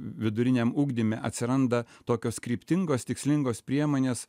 viduriniam ugdyme atsiranda tokios kryptingos tikslingos priemonės